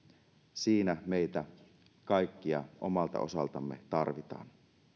siinä meitä kaikkia omalta osaltamme tarvitaan